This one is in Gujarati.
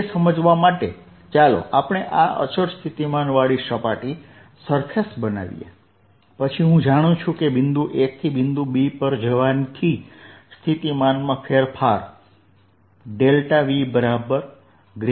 તે સમજવા માટે ચાલો આપણે આ અચળ સ્થિતિમાનવાળી સપાટી બનાવીએ પછી હું જાણું છું કે બિંદુ 1 થી બિંદુ 2 પર જવાથી સ્થિતિમાનમાં ફેરફાર VV